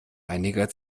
einiger